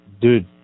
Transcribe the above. Dude